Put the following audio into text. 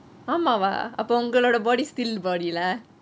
ஆமவா அப்போ உங்களோடு:aamavaa appo ungelode body steel body lah